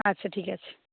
আচ্ছা ঠিক আছে